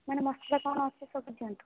ମାନେ ମସଲା କ'ଣ ଅଛି ସବୁ ଦିଅନ୍ତୁ